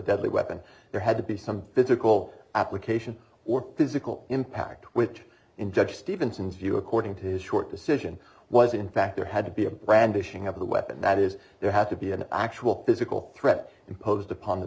deadly weapon there had to be some physical application or physical impact which in judge stevenson's you according to his short decision was in fact there had to be a brandishing of the weapon that is there have to be an actual physical threat imposed upon the